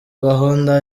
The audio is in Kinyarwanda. gahunda